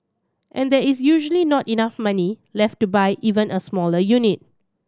and there is usually not enough money left to buy even a smaller unit